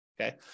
okay